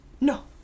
No